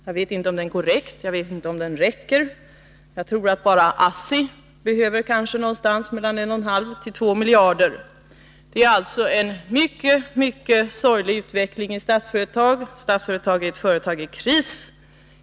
Jag vet inte om den summan räcker, men jag tror att enbart ASSI behöver ungefär 1,5-2 miljarder. Det är alltså en mycket sorglig utveckling i Statsföretag. Statsföretag är ett företag i kris.